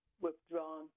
withdrawn